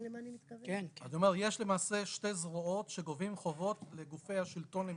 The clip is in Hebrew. יש למעשה שתי זרועות שגובות חובות לגופי השלטון למיניהם.